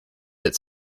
that